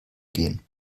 gehen